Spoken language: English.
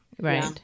Right